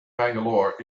bangalore